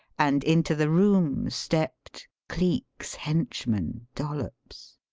and into the room stepped cleek's henchman dollops.